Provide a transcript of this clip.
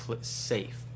safe